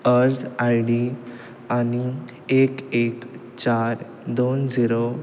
अर्ज I D आनी एक एक चार दोन झिरो